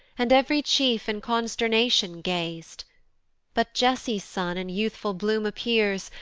and ev'ry chief in consternation gaz'd but jesse's son in youthful bloom appears,